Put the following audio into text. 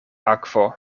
akvo